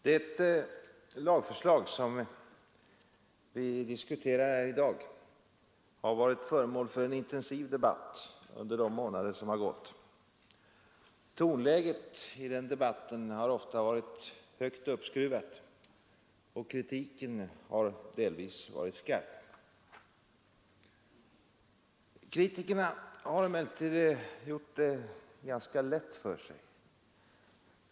Herr talman! Det lagförslag som vi diskuterar i dag har varit föremål för en intensiv debatt under de månader som gått sedan det lades fram. Tonläget i den debatten har ofta varit högt uppskruvat och kritiken har delvis varit skarp. Kritikerna har emellertid gjort det lätt för sig.